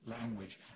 language